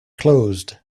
closed